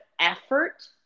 effort